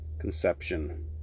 Conception